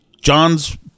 John's